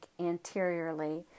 anteriorly